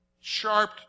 Sharp